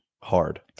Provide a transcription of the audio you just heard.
hard